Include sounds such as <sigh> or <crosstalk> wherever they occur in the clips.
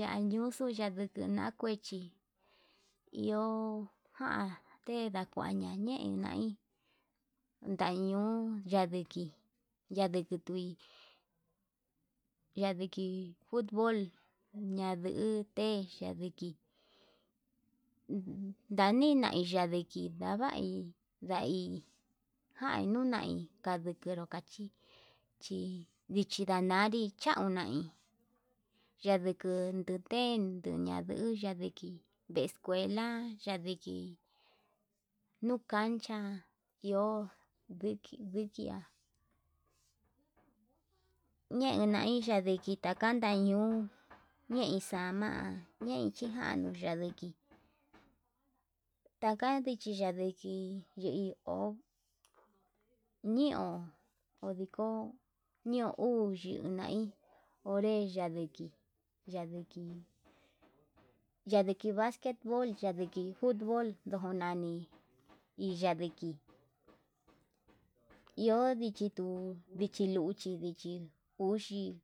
Yanuxu ñakuechi ña'a kuechi iho ján tendakuaña ñe'i nai ndañuu yadukui yaduku tui yadiki futbol ñadute yaduki, ndanina ndadiki yavai ndai jai nunai ndadikero kachí chí vichi ndanari chaun nunai yanduku tenduña nduuya, ndadiki escuela yadii nuu cancha iho diki dikia <noise> yeñain ndadiki takan ndañuu ñei xana'a, ñei chain ndadiki <noise> taka chini ndadiki yeio ñiooko yeu uu yunai onre yadiki yadiki <noise> yadiki basquet bol ndadiki futbol ndoko nani <noise> iyadiki iho ndichitu, vichi luchi vichi uxi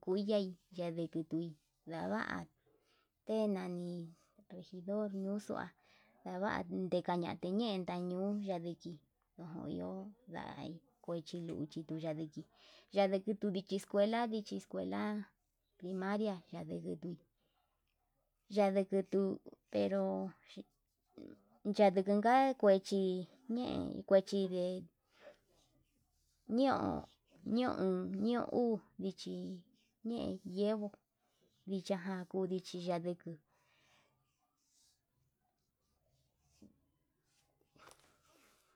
kuiyai yakutui ndava te nani regidor nuxua ndava nekañente ñen ndañuu yandiki ho iho ndai chiluu tuu ndadiki aydiki tuu escuela ndichi escuela primaria yadikitu, yandikitu pero yandukuka kuechi ñe'e kuechi ndee ñeon, ñeon oon ñeon uu ndichi ne yevo'o ndichiajan kudichi yanduku. <noise>